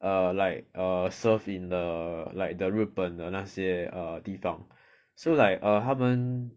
err like err served in the like the 日本的那些 err 地方 so like err 他们